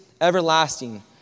everlasting